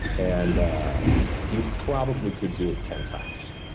and you probably could do it ten times.